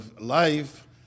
life